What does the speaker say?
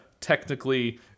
technically